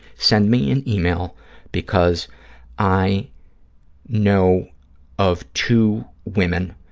send me an yeah e-mail because i know of two women